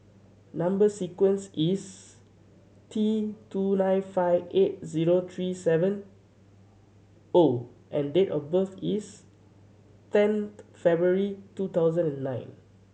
number sequence is T two nine five eight zero three seven O and date of birth is tenth February two thousand and nine